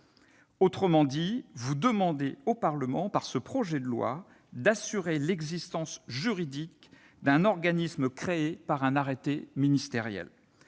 Autrement dit, vous demandez au Parlement, par ce projet de loi, d'assurer l'existence juridique d'un organisme créé par un arrêté ministériel.